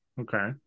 okay